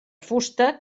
fusta